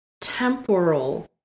temporal